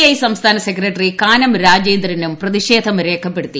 I സംസ്ഥാന secretary Kanam രാജേന്ദ്രനും പ്രതിഷേധം രേഖപ്പെടുത്തി